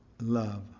love